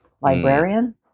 Librarian